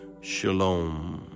Shalom